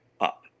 up